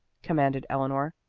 commanded eleanor.